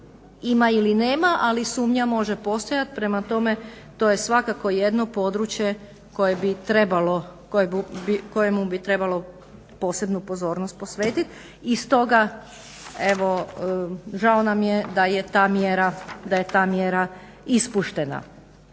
ima ili nema, ali sumnja može postojati, prema tome to je svakako jedno područje koje bi trebalo, kojemu bi trebalo posebnu pozornost posvetiti, i stoga evo žao nam je da je ta mjera ispuštena.